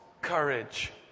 courage